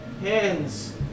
hands